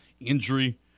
Injury